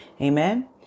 Amen